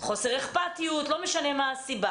חוסר אכפתיות, לא משנה מה הסיבה